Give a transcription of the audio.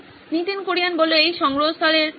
নীতিন কুরিয়ান এই সংগ্রহস্থলের মধ্যে